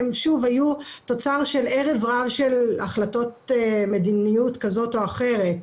היו תוצר של ערב רב של החלטות מדיניות כזאת או אחרת,